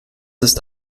ist